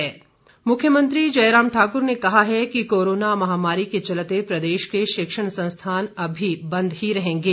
मख्यमंत्री मुख्यमंत्री जयराम ठाकुर ने कहा है कि कोरोना महामारी के चलते प्रदेश के शिक्षण संस्थान अभी बंद ही रहेंगे